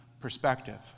perspective